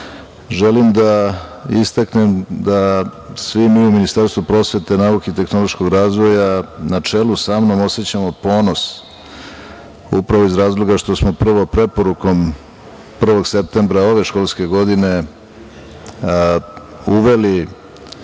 želim da istaknem da svi mi u Ministarstvu prosvete, nauke i tehnološkog razvoja, na čelu sa mnom, osećamo ponos upravo iz razloga što smo prvom preporukom 1. septembra ove školske godine uveli